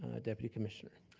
ah deputy commissioner.